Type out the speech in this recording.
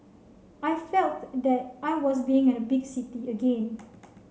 I felts that I was being at big city again